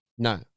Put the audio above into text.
No